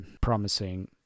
promising